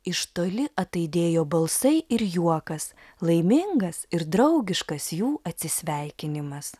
iš toli ataidėjo balsai ir juokas laimingas ir draugiškas jų atsisveikinimas